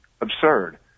absurd